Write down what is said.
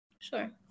Sure